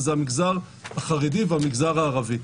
וזה המגזר החרדי והמגזר הערבי.